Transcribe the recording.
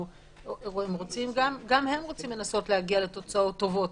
גם הם רוצים להגיע לתוצאות טובות,